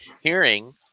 hearing